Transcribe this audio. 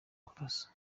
kurasa